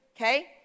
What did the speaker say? Okay